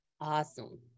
Awesome